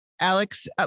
Alex